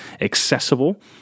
accessible